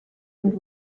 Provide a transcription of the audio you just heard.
und